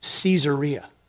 Caesarea